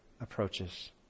approaches